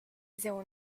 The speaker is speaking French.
zéro